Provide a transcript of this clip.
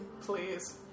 please